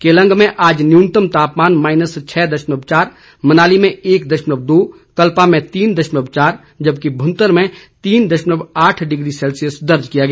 केलंग में आज न्यूनतम तापमान माइनस छः दशमलव चार मनाली में एक दशमलव दो कल्पा में तीन दशमलव चार जबकि भुंतर में तीन दशमलव आठ डिग्री सेल्सियस दर्ज किया गया